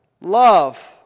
love